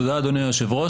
תודה, אדוני היושב-ראש.